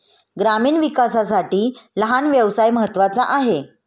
ग्रामीण विकासासाठी लहान व्यवसाय महत्त्वाचा आहे